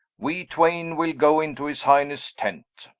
we twaine will go into his highnesse tent.